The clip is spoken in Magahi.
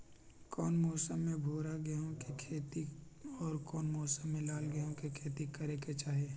कौन मौसम में भूरा गेहूं के खेती और कौन मौसम मे लाल गेंहू के खेती करे के चाहि?